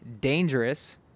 dangerous